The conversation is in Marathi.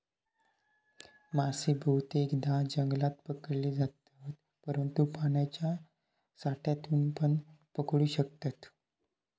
मासे बहुतेकदां जंगलात पकडले जातत, परंतु पाण्याच्या साठ्यातूनपण पकडू शकतत